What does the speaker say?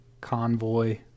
Convoy